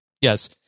yes